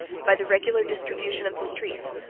by the regular distribution of the streets,